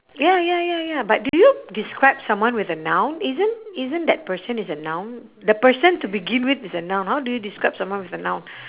ya ya ya ya but do you describe someone with a noun isn't isn't that person is a noun the person to begin with is a noun how do you describe someone with a noun